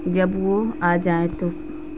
جب وہ آ جائیں تو